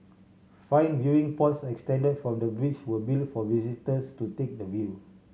five viewing pods extended from the bridge were built for visitors to take the view